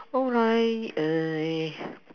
alright I